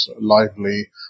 lively